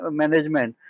management